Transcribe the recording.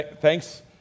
thanks